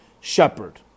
shepherd